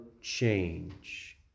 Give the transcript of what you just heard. change